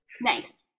Nice